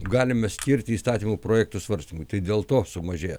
galime skirti įstatymų projektų svarstymui tai dėl to sumažėja